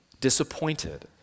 disappointed